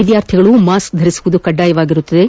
ವಿದ್ಯಾರ್ಥಿಗಳು ಮಾಸ್ಕ್ ಧರಿಸುವುದು ಕಡ್ಡಾಯವಾಗಿರುತ್ತದೆ